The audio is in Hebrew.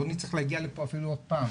לא נצטרך להגיע לפה אפילו אף פעם.